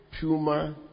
puma